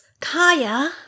Kaya